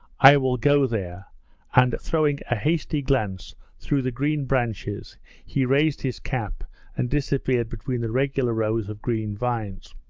i will go there and throwing a hasty glance through the green branches he raised his cap and disappeared between the regular rows of green vines.